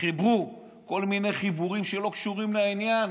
חיברו כל מיני חיבורים שלא קשורים לעניין,